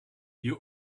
you